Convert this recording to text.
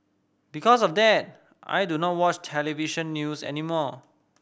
because of that I do not watch television news anymore